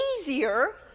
easier